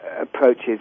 approaches